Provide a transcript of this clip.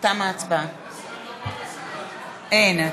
אין.